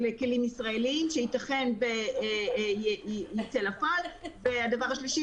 כלים ישראליים שייתכן שייצא לפועל; והדבר השלישי,